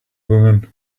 woman